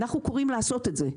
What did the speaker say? אנחנו קוראים לעשות את זה,